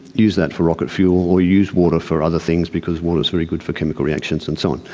use that for rocket fuel or use water for other things because water is very good for chemical reactions and so on.